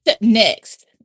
Next